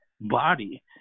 body